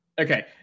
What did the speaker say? okay